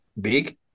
big